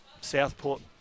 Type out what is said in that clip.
Southport